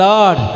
Lord